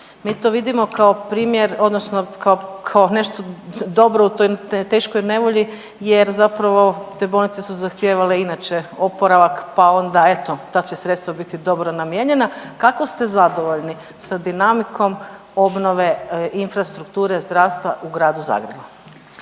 mi to vidimo kao primjer, odnosno kao nešto dobro u toj teškoj nevolji jer zapravo te bolnice za zahtijevale inače oporavak pa onda eto, ta će sredstva bit dobro namijenjena. Kako ste zadovoljni sa dinamikom obnove infrastrukture, zdravstva, u gradu Zagrebu?